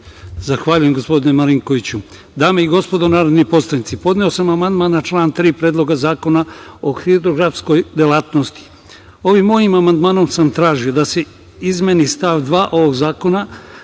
Zahvaljujem. Dame i gospodo narodni poslanici, podneo sam amandman na član 3. Predloga zakona o hidrografskoj delatnosti. Ovim mojim amandmanom sam tražio da se izmeni stav 2. ovog zakona,